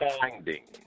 finding